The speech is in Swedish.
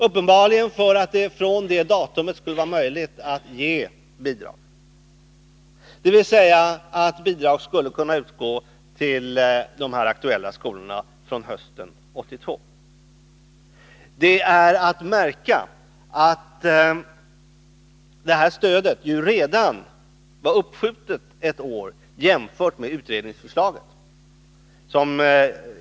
Uppenbarligen gjorde man det för att det fr.o.m. detta datum skulle vara möjligt att ge bidrag, dvs. att bidrag skulle kunna utgå till de aktuella skolorna fr.o.m. hösten 1982. Att märka är att stödet i fråga redan var uppskjutet ett år, jämfört med vad utredningsförslaget gick ut på.